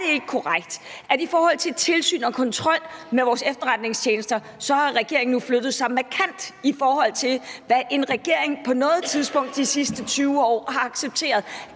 Er det ikke korrekt, at i forhold til tilsyn og kontrol med vores efterretningstjenester har regeringen nu flyttet sig markant, i forhold til hvad en regering på noget tidspunkt de sidste 20 år har accepteret?